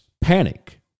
panic